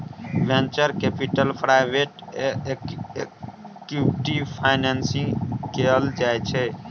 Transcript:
venture capital private equity financing कएल जाइ छै